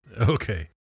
Okay